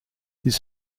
his